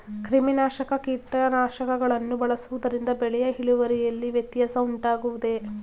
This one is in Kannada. ಕ್ರಿಮಿನಾಶಕ ಕೀಟನಾಶಕಗಳನ್ನು ಬಳಸುವುದರಿಂದ ಬೆಳೆಯ ಇಳುವರಿಯಲ್ಲಿ ವ್ಯತ್ಯಾಸ ಉಂಟಾಗುವುದೇ?